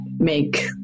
Make